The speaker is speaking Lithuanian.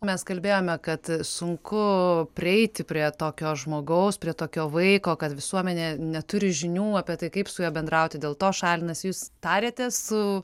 mes kalbėjome kad sunku prieiti prie tokio žmogaus prie tokio vaiko kad visuomenė neturi žinių apie tai kaip su juo bendrauti dėl to šalinasi jūs tarėtės su